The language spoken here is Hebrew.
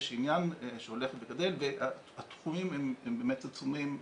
יש עניין שהולך וגדל והתחומים הם באמת עצומים,